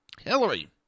Hillary